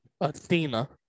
Athena